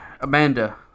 Amanda